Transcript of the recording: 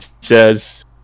says